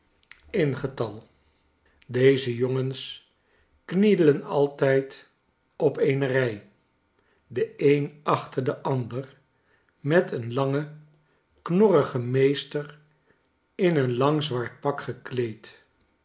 deze jongens knielen altijd op eene rij de een achter de ander met een langen knorrigen meester in een lang zwart pak gekleed